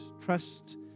Trust